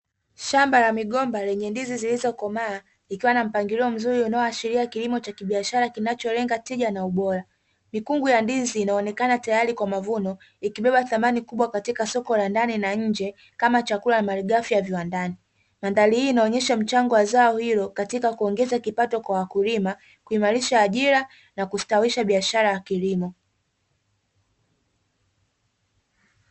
Shamba la migomba lenye ndizi zilizokomaa likiwa na mpangilio mzuri unaoashiria kilimo cha kibiashara kinacholenga tija na ubora. Mikungu ya ndizi inaonekana tayari kwa mavuno ikibeba thamani kubwa katika soko la ndani na nje kama chakula na malighafi ya viwandani. Mandhari hii inaonyesha mchango wa zao hilo katika kuongeza kipato kwa wakulima, kuimarisha, ajila na kustawisha biashara ya kilimo.